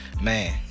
Man